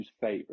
favor